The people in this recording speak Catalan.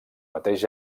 mateix